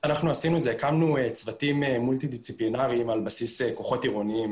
הקמנו צוותים מולטי דיסציפלינאריים על בסיס כוחות עירוניים,